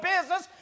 business